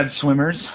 swimmers